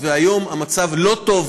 והיום המצב לא טוב,